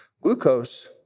Glucose